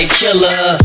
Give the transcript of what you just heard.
killer